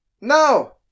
No